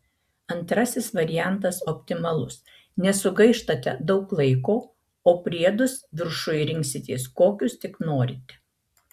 antrasis variantas optimalus nesugaištate daug laiko o priedus viršui rinksitės kokius tik norite